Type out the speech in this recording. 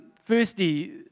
Firstly